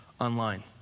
online